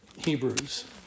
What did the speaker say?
Hebrews